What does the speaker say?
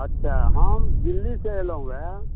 अच्छा हम दिल्ली सँ अएलहुँ अइ